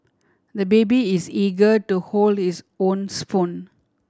the baby is eager to hold his own spoon